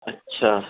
اچھا